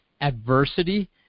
adversity